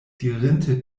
dirinte